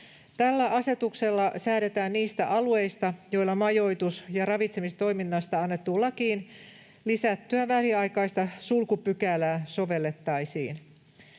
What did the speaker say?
Tällä asetuksella säädetään niistä alueista, joilla majoitus- ja ravitsemistoiminnasta annettuun lakiin lisättyä väliaikaista sulkupykälää sovellettaisiin.